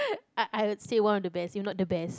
I I would say one of the best if not the best